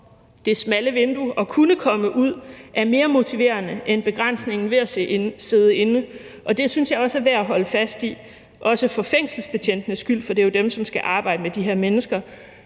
det smalle vindue, det er at kunne komme ud, er mere motiverende end begrænsningen ved at sidde inde? Det synes jeg også er værd at holde fast i, også for fængselsbetjentenes skyld, for det er jo dem, som skal arbejde med de her mennesker,